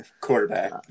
Quarterback